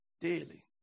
Daily